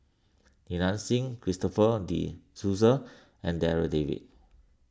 Li Nanxing Christopher De Souza and Darryl David